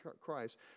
Christ